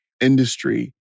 industry